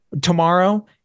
tomorrow